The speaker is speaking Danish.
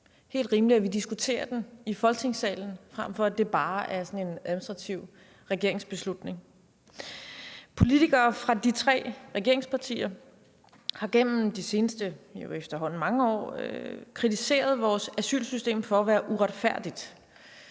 helt rimeligt, at vi diskuterer den i Folketingssalen, frem for at det bare er sådan en administrativ regeringsbeslutning. Politikere fra de tre regeringspartier har gennem de seneste nu efterhånden mange år kritiseret vores asylsystem for at være uretfærdigt.